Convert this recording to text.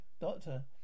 Doctor